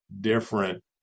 different